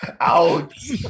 Ouch